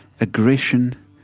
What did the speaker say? aggression